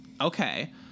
Okay